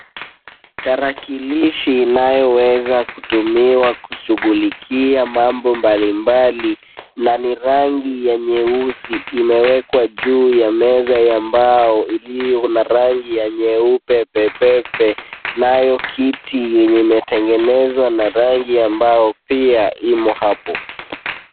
Tarakilishi inayoweza kutumiwa kushughulikia mambo mbalimbali na ni rangi ya nyeusi imewekwa juu ya meza ya mbao iliyo na rangi ya nyeupe pepepe nayo kiti yenye imetengenezwa na rangi ambao pia imo hapo.